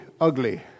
ugly